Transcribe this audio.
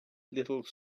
little